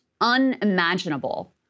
unimaginable